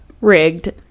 rigged